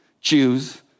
choose